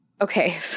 okay